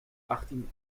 achttien